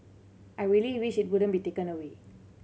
I really wish it wouldn't be taken away